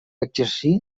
exercir